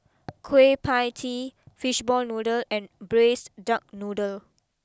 Kueh Pie Tee Fishball Noodle and Braised Duck Noodle